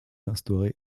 instauré